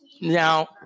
Now